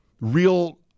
real